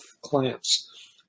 clients